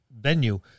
venue